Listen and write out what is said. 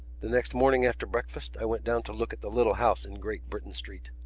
the next morning after breakfast i went down to look at the little house in great britain street.